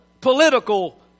political